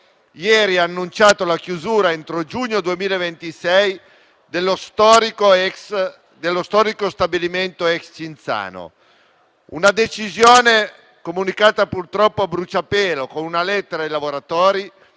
ieri ha annunciato la chiusura entro giugno 2026, dello storico stabilimento ex Cinzano. Una decisione comunicata purtroppo a bruciapelo, con una lettera ai 349 lavoratori,